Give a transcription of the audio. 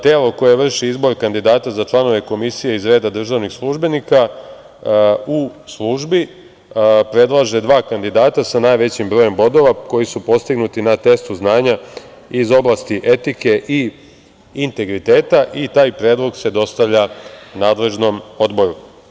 Telo koje vrši izbor kandidata za članove komisije iz reda državnih službenika u službi predlaže dva kandidata sa najvećim brojem bodova koji su postignuti na testu znanja iz oblasti etike i integriteta i taj predlog se dostavlja nadležnom odboru.